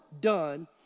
done